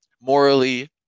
morally